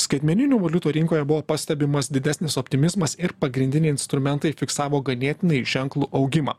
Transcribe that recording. skaitmeninių valiutų rinkoje buvo pastebimas didesnis optimizmas ir pagrindiniai instrumentai fiksavo ganėtinai ženklų augimą